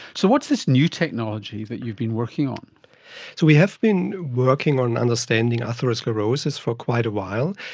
so what's this new technology that you've been working on? so we have been working on understanding atherothrombosis for quite a while,